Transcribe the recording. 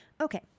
Okay